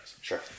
Sure